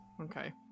Okay